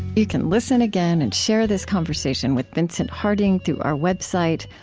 you can listen again and share this conversation with vincent harding through our website,